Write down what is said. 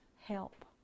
help